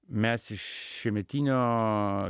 mes iš šiemetinio